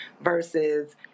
versus—